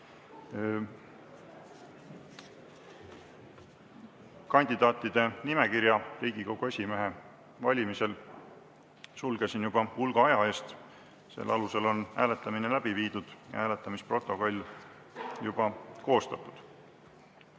Kandidaatide nimekirja Riigikogu esimehe valimisel sulgesin juba hulga aja eest. Selle alusel on hääletamine läbi viidud ja hääletamisprotokoll juba koostatud.